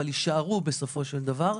אבל יישארו בסופו של דבר.